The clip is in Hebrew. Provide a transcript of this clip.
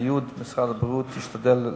את הציוד משרד הבריאות ישתדל להביא.